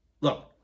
Look